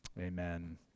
Amen